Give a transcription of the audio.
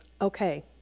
Okay